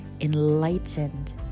enlightened